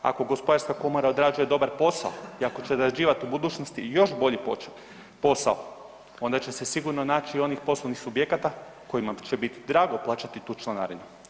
Ako gospodarska komora odrađuje dobar posao i ako će odrađivati u budućnosti još bolji posao onda će se sigurno naći i onih poslovnih subjekata kojima će biti drago plaćati tu članarinu.